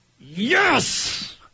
Yes